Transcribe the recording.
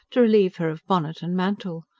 to relieve her of bonnet and mantle.